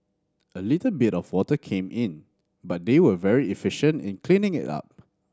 a little bit of water came in but they were very efficient in cleaning it up